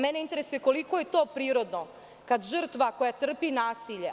Mene interesuje - koliko je to prirodno kad žrtva koja trpi nasilje?